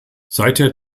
seither